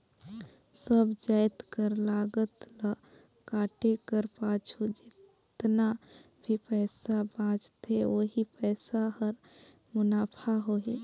सब जाएत कर लागत ल काटे कर पाछू जेतना भी पइसा बांचथे ओही पइसा हर मुनाफा होही